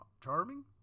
Charming